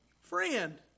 Friend